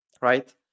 right